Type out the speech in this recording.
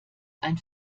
ein